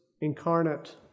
incarnate